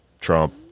trump